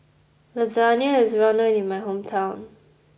Lasagna is well known in my hometown